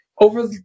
over